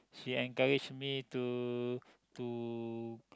she encourage me to to